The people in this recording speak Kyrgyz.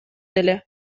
эле